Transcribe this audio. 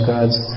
God's